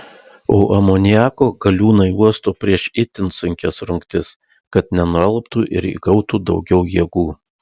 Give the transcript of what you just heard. o amoniako galiūnai uosto prieš itin sunkias rungtis kad nenualptų ir įgautų daugiau jėgų